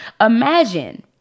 Imagine